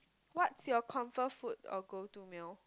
what's your comfort food or go to meal